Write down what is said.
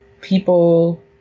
People